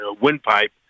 windpipe